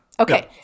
Okay